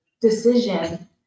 decision